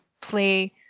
play